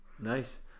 nice